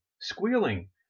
squealing